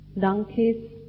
donkeys